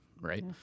right